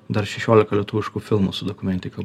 dar šešiolika lietuviškų filmų su dokumentika